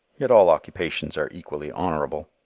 yet all occupations are equally honorable.